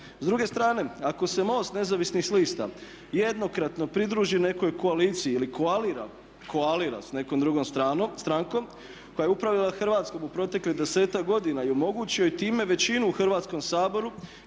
"S druge strane, ako se MOST Nezavisnih lista jednokratno pridruži nekoj koaliciji ili koalira sa nekom drugom strankom koja je upravljala Hrvatskom u proteklih 10-ak godina i omogući joj time većinu u Hrvatskome saboru